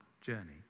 journey